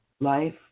life